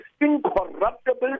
incorruptible